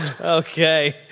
Okay